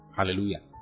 Hallelujah